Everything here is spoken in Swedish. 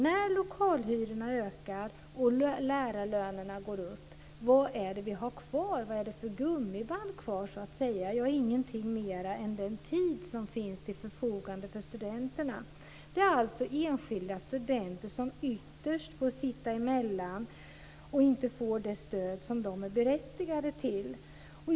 När lokalhyrorna ökar och lärarlönerna går upp, vilka gummiband har vi kvar? Ja, vi har ingenting mer än den tid som finns till förfogande för studenterna. Det är alltså enskilda studenter som ytterst får sitta emellan och inte får det stöd som de är berättigade till.